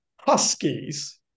huskies